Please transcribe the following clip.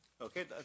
Okay